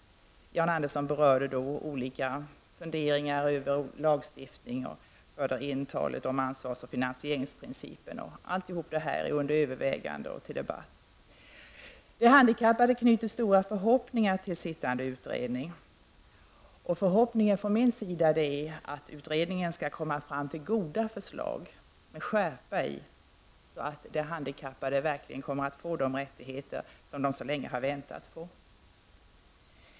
Jan Andersson berörde olika funderingar över lagstiftning och förde in ansvarsoch finansieringsprincipen. Allt det är under övervägande och uppe till debatt. De handikappade knyter stora förhoppningar till sittande utredning. Min förhoppning är att utredningen skall komma fram till goda förslag med skärpa i, så att de handikappade kommer att få de rättigheter som de så länge har väntat på.